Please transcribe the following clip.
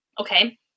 okay